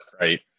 Right